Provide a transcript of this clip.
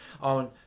on